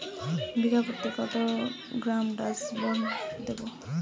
বিঘাপ্রতি কত gram Dursban দেবো?